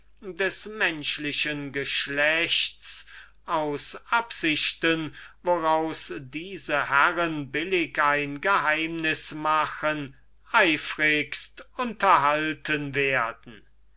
des menschlichen geschlechts aus absichten woraus diese herren billig ein geheimnis machen eifrigst unterhalten werden